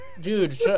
Dude